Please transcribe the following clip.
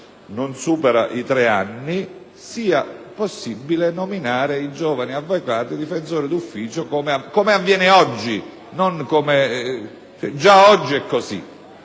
non superi i tre anni - sia possibile nominare i giovani avvocati difensori di ufficio, come avviene oggi per tutti i reati.